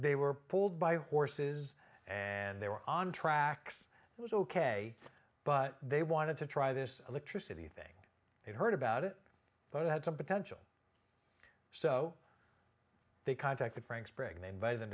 they were pulled by horses and they were on tracks it was ok but they wanted to try this electricity thing they heard about it but it had some potential so they contacted frank's pregnant by them